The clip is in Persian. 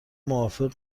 موافق